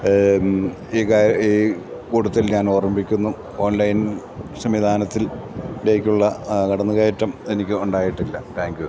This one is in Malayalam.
ഈ കൂട്ടത്തിൽ ഞാൻ ഓർമിപ്പിക്കുന്നു ഓൺലൈൻ സംവിധാനത്തിലേക്കുള്ള കടന്നുകയറ്റം എനിക്കുണ്ടായിട്ടില്ല താങ്ക് യൂ